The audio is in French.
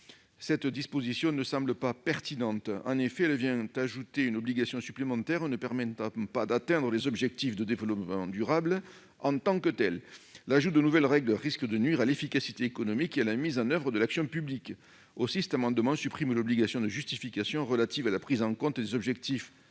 Cette disposition ne semble pas pertinente. En effet, elle vient ajouter une obligation supplémentaire ne permettant pas d'atteindre les ODD en tant que tels. L'ajout de nouvelles règles risque de nuire à l'efficacité économique et à la mise en oeuvre de l'action publique. Ainsi, cet amendement tend à supprimer l'obligation de justification relative à la prise en compte des ODD afin